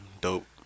Dope